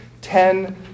ten